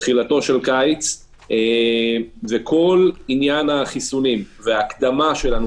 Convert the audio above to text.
אנחנו בתחילתו של קיץ וכל עניין ההקדמה שלנו